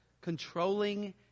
controlling